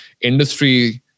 industry